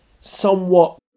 somewhat